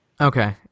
okay